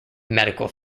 medical